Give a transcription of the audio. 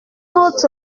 nous